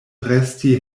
resti